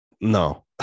no